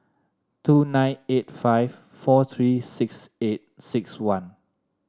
two nine eight five four three six eight six one